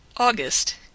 August